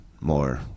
more